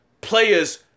players